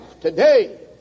today